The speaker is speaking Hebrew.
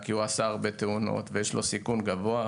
כי עשה הרבה תאונות ויש לו סיכון גבוה,